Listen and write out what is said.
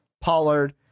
Pollard